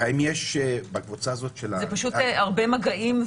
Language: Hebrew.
האם יש בקבוצה הזאת של --- זה פשוט הרבה מגעים.